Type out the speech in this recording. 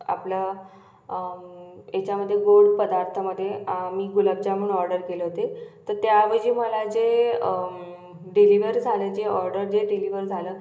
आपलं हेच्यामध्ये गोड पदार्थामध्ये मी गुलाबजामून ऑर्डर केले होते तर त्यावजी मला जे डिलिवर झालं जे ऑर्डर जे डिलिवर झालं